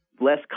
less